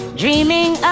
dreaming